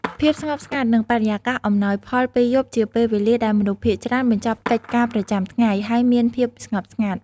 ភាពស្ងប់ស្ងាត់ និងបរិយាកាសអំណោយផលពេលយប់ជាពេលវេលាដែលមនុស្សភាគច្រើនបញ្ចប់កិច្ចការប្រចាំថ្ងៃ ហើយមានភាពស្ងប់ស្ងាត់ ។